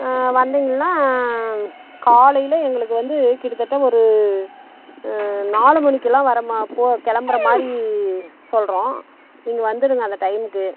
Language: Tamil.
வந்திங்கன்னா காலையில் எங்களுக்கு வந்து கிட்டத்தட்ட ஒரு நாலு மணிக்குலாம் வர மா போ கிளம்புற மாதிரி சொல்லுறோம் நீங்கள் வந்துவிடுங்க அந்த டைமுக்கு